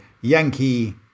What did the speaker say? Yankee